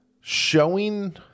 Showing